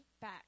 back